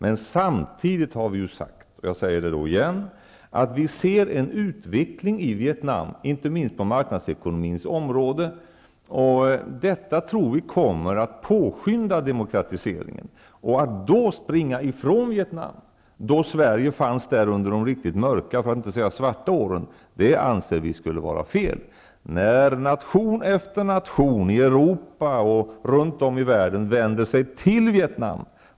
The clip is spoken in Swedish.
Men samtidigt har vi sagt -- jag säger det igen -- att vi ser en utveckling i Vietnam, inte minst på marknadsekonomins område. Detta tror vi kommer att påskynda demokratiseringen. Att i det läget dra sig ifrån Vietnam -- Sverige fanns ju där under de riktigt mörka, för att inte säga svarta, åren -- anser vi skulle vara fel. Nation efter nation i Europa och runt om i världen vänder sig nu till Vietnam.